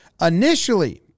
initially